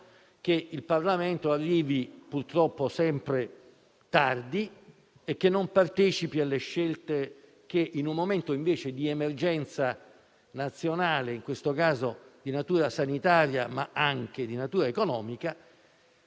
che il Parlamento arrivi purtroppo sempre tardi, che non partecipi alle scelte e che in un momento invece di emergenza nazionale, in questo caso di natura sanitaria ma anche di natura economica,